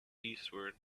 eastward